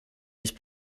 use